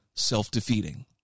self-defeating